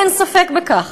אין ספק בכך,